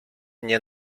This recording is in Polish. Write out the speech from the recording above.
nie